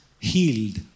Healed